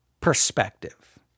perspective